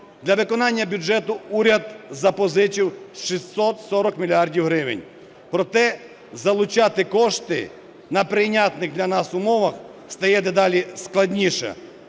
Для виконання бюджету уряд запозичив 640 мільярдів гривень. Проте залучати кошти на прийнятних для нас умовах стає дедалі складніше.